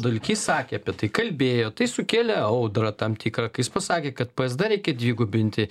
dulkys sakė apie tai kalbėjo tai sukėlė audrą tam tikrą kai jis pasakė kad psd reikia dvigubinti